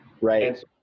Right